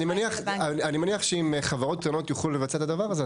אני מניח שאם חברות קטנות יוכלו לבצע את הדבר הזה,